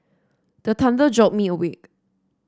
the thunder jolt me awake